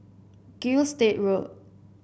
Gilstead Road